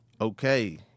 Okay